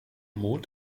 mond